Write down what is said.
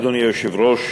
אדוני היושב-ראש,